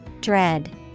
Dread